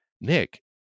Nick